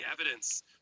evidence